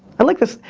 i like this.